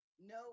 No